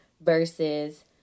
versus